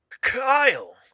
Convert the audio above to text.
Kyle